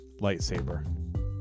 lightsaber